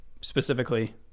specifically